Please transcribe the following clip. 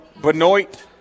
Benoit